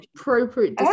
appropriate